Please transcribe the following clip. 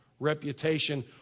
reputation